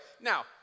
Now